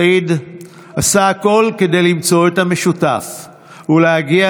סעיד עשה הכול כדי למצוא את המשותף ולהגיע